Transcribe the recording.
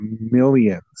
millions